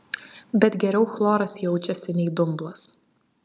bet geriau chloras jaučiasi nei dumblas